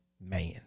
man